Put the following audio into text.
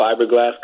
Fiberglass